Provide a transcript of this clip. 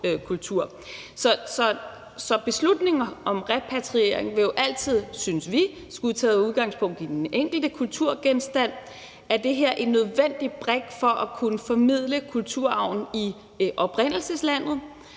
Så beslutningen om repatriering vil jo altid, synes vi, skulle tage udgangspunkt i den enkelte kulturgenstand: Er det her en nødvendig brik for at kunne formidle kulturarven i oprindelseslandet?